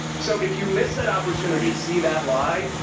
so if you miss that opportunity to see that live,